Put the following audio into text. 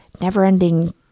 never-ending